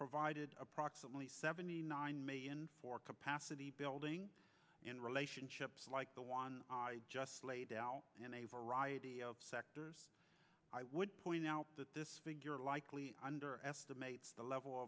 provided approximately seventy nine million for capacity building relationships like the one just laid out in a variety of sectors i would point out that this figure likely underestimates the level